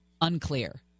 Unclear